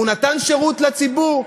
הוא נתן שירות לציבור?